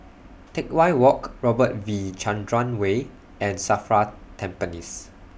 Teck Whye Walk Robert V Chandran Way and SAFRA Tampines